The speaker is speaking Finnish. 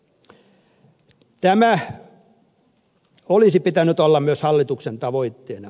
tämän olisi pitänyt olla myös hallituksen tavoitteena